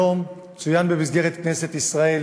היום צוין בכנסת ישראל